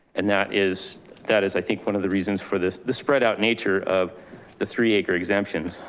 and that is that is i think one of the reasons for this, the spread out nature of the three acre exemptions.